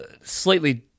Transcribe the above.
slightly